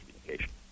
communication